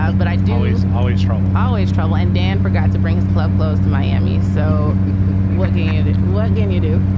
but i do is always trouble. always trouble. and dan forgot to bring his club close to miami so what did what can you do?